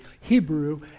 Hebrew